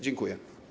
Dziękuję.